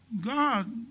God